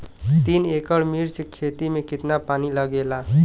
तीन एकड़ मिर्च की खेती में कितना पानी लागेला?